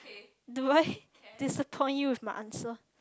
do I disappoint you with my answer